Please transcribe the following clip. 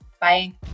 Bye